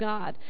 God